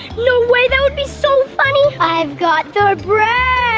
no way. that would be so funny. i've got the bread.